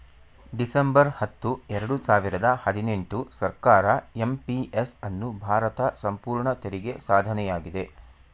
December ಹತ್ತು ಎರಡು ಸಾವಿರ ಹದಿನೆಂಟು ಸರ್ಕಾರ ಎಂ.ಪಿ.ಎಸ್ ಅನ್ನು ಭಾರತ ಸಂಪೂರ್ಣ ತೆರಿಗೆ ಸಾಧನೆಯಾಗಿದೆ